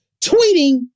tweeting